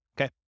Okay